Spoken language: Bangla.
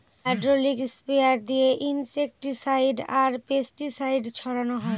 হ্যাড্রলিক স্প্রেয়ার দিয়ে ইনসেক্টিসাইড আর পেস্টিসাইড ছড়ানো হয়